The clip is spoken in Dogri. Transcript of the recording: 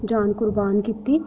जान कुर्बान कीती